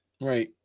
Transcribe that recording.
right